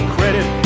credit